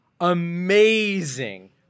Amazing